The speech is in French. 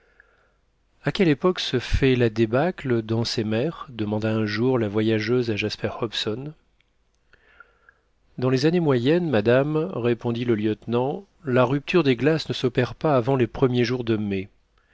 à quelle époque se fait la débâcle dans ces mers demanda un jour la voyageuse à jasper hobson dans les années moyennes madame répondit le lieutenant la rupture des glaces ne s'opère pas avant les premiers jours de mai